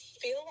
feel